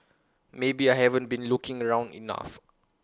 maybe I haven't been looking around enough